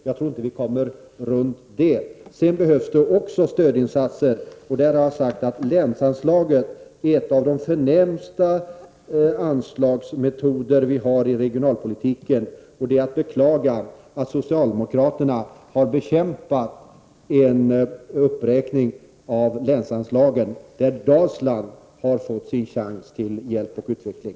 Jag tror inte att vi kommer runt det. Sedan behövs det också stödinsatser, och där har jag sagt att länsanslaget är en av de förnämsta anslagsmetoder som finns i regionalpolitiken. Det är att beklaga att socialdemokraterna har bekämpat en uppräkning av länsanslaget, där Dalsland har fått sin chans till hjälp och utveckling.